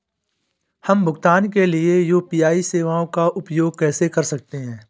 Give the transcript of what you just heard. हम भुगतान के लिए यू.पी.आई सेवाओं का उपयोग कैसे कर सकते हैं?